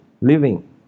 living